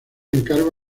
encargo